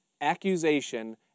accusation